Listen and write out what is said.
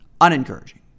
unencouraging